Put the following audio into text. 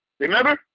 Remember